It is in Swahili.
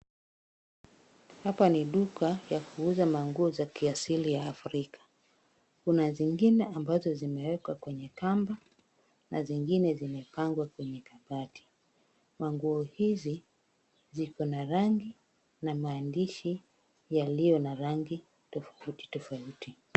Hapa ni duka ya kuuza manguo za kiasili ya Africa. Kuna zingine ambazo zimewekwa kwenye kamba na zingine zimepangwa kwenye kabati. Manguo hizi ziko na rangi na maandishi yaliyo na rangi tofauti tofauti.